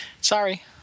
Sorry